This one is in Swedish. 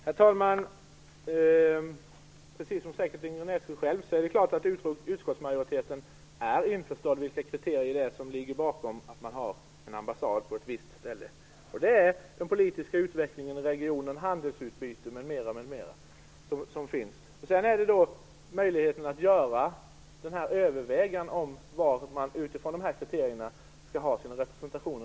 Herr talman! Liksom säkerligen Inger Näslund själv, är utskottsmajoriteten självfallet införstådd i frågan om vilka kriterier det är som ligger bakom att man har en ambassad på ett visst ställe. Det är den politiska utvecklingen i regionen, handelsutbyte m.m. Sedan handlar det om möjligheten att göra överväganden om var i världen man utifrån de här kriterierna skall ha sin representation.